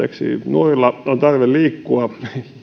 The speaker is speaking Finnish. nuorilla on tarve liikkua